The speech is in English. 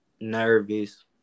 nervous